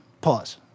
pause